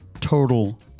total